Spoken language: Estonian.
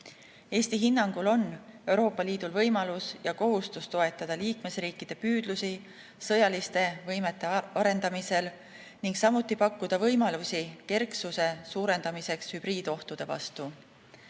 hinnangul on Euroopa Liidul võimalus ja kohustus toetada liikmesriikide püüdlusi sõjaliste võimete arendamisel ning samuti pakkuda võimalusi kerksuse suurendamiseks hübriidohtude vastu.